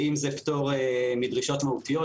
ואם זה פטור מדרישות מהותיות,